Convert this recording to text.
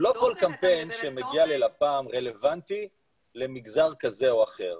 לא כל קמפיין שמגיע ללפ"מ רלוונטי למגזר כזה או אחר.